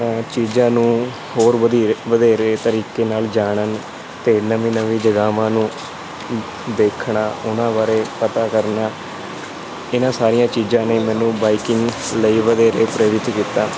ਚੀਜ਼ਾਂ ਨੂੰ ਹੋਰ ਵਧੇਰੇ ਵਧੇਰੇ ਤਰੀਕੇ ਨਾਲ ਜਾਣਨ ਅਤੇ ਨਵੀਂ ਨਵੀਂ ਜਗ੍ਹਾਵਾਂ ਨੂੰ ਦੇਖਣਾ ਉਹਨਾਂ ਬਾਰੇ ਪਤਾ ਕਰਨਾ ਇਹਨਾਂ ਸਾਰੀਆਂ ਚੀਜ਼ਾਂ ਨੇ ਮੈਨੂੰ ਬਾਈਕਿੰਗ ਲਈ ਵਧੇਰੇ ਪ੍ਰੇਰਿਤ ਕੀਤਾ